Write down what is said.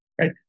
right